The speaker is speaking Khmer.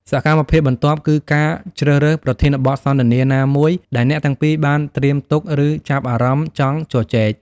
សកម្មភាពបន្ទាប់គឺការជ្រើសរើសប្រធានបទសន្ទនាណាមួយដែលអ្នកទាំងពីរបានត្រៀមទុក ឬចាប់អារម្មណ៍ចង់ជជែក។